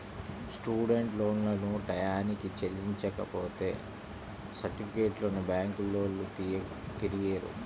student లోన్లను టైయ్యానికి చెల్లించపోతే సర్టిఫికెట్లను బ్యాంకులోల్లు తిరిగియ్యరు